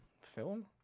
Film